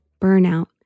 burnout